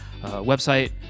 Website